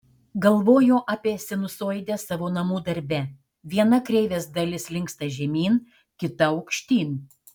galvojo apie sinusoidę savo namų darbe viena kreivės dalis linksta žemyn kita aukštyn